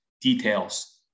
details